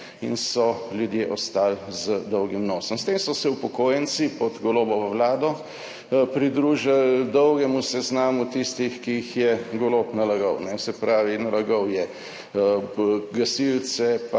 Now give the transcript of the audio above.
in so ljudje ostali z dolgim nosom. S tem so se upokojenci pod Golobovo vlado pridružili dolgemu seznamu tistih, ki jih je Golob nalagal. Se pravi, nalagal je gasilce,